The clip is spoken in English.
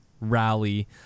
rally